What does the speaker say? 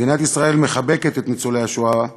מדינת ישראל מחבקת את ניצולי השואה.